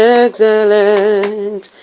excellent